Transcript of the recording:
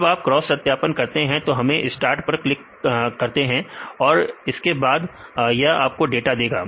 जब आप क्रॉस सत्यापन करते हैं तो हम स्टार्ट पर क्लिक करते हैं इसके बाद यह आपको डाटा देगा